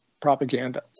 propaganda